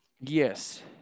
Yes